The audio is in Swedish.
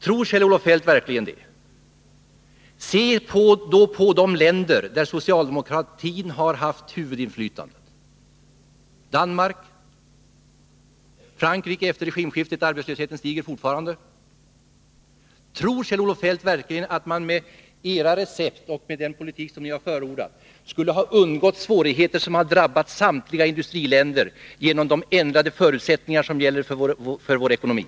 Tror Kjell-Olof Feldt verkligen det? Studera då de länder där socialdemokratin har haft huvudinflytandet — Danmark och Frankrike efter regimskiftet! Arbetslösheten där stiger fortfarande. Tror Kjell-Olof Feldt verkligen att vi med era recept och den politik som ni har förordat skulle ha undgått svårigheter som har drabbat samtliga industriländer till följd av de ändrade förutsättningar som gäller för vår ekonomi?